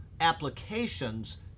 applications